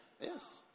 Yes